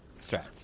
strats